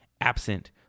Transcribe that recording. absent